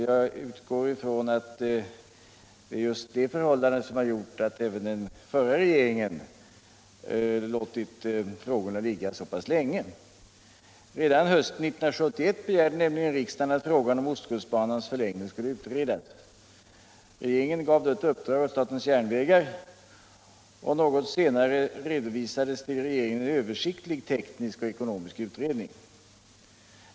Jag utgår ifrån att det är just det förhållandet som har gjort att även den förra regeringen låtit frågorna ligga så pass länge. Redan hösten 1971 begärde nämligen riksdagen att frågan om ostkustbanans förlängning skulle utredas. Regeringen gav då ett uppdrag åt statens järnvägar, och något senare redovisades det i regeringen en översiktlig teknisk utredning.